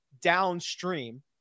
downstream